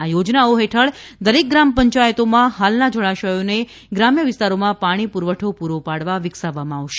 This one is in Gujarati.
આ યોજનાઓ હેઠળ દરેક ગ્રામપંચાયતોમાં હાલના જળાશયોને ગ્રામ્ય વિસ્તારોમાં પાણી પુરવઠો પુરો પાડવા વિકસાવવામાં આવશે